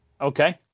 Okay